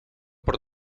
por